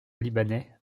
libanais